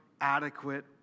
adequate